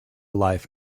life